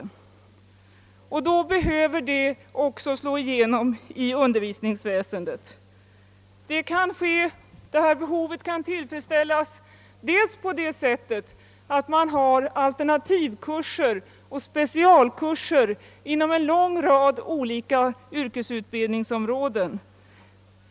Detta önskemål behöver därför också slå igenom i undervisningsväsendet. Behovet kan tillfredsställas dels genom alternativa kurser, dels genom specialkurser inom en lång rad olika yrkesutbildningsområden.